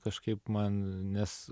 kažkaip man nes